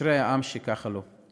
אשרי העם ש"ככה" לו.